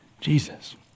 Jesus